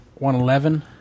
111